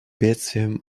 бедствием